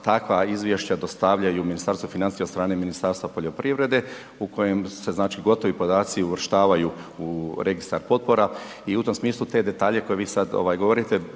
takva izvješća dostavljaju u Ministarstvo financija od strane Ministarstva poljoprivrede u kojem se znači gotovi podaci uvrštavaju u registar potpora i u tom smislu te detalje koje vi sad govorite